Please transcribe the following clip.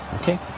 okay